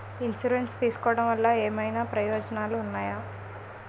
Insurance తీసుకోవటం వల్ల ఏమైనా ప్రయోజనాలు ఉన్నాయా?